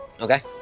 Okay